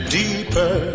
deeper